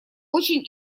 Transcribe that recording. очень